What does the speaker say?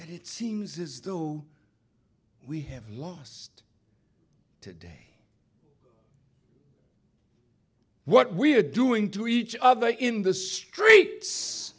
and it seems as though we have lost today what we are doing to each other in the streets